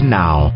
now